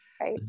right